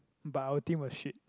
but our team was shit